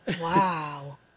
Wow